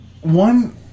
One